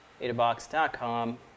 Adabox.com